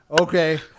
Okay